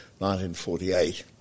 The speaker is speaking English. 1948